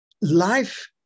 life